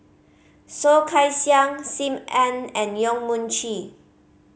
Soh Kay Siang Sim Ann and Yong Mun Chee